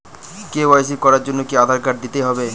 KYC করার জন্য কি আধার কার্ড দিতেই হবে?